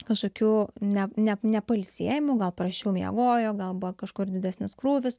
kažkokių ne ne nepailsėjimų gal prasčiau miegojo galbūt kažkur didesnis krūvis